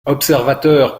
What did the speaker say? observateur